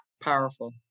Powerful